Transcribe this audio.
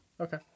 Okay